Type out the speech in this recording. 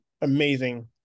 amazing